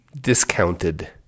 discounted